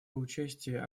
участие